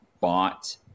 bought